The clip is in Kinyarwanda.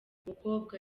mukobwa